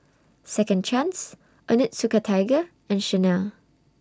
Second Chance Onitsuka Tiger and Chanel